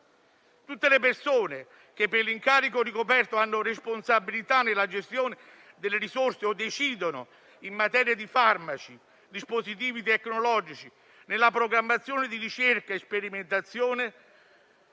Tutte le persone che per l'incarico ricoperto hanno responsabilità nella gestione delle risorse o decidono in materia di farmaci e dispositivi tecnologici, nella programmazione di ricerca e sperimentazione,